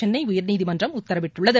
சென்ளை உயர்நீதிமன்றம் உத்தரவிட்டுள்ளது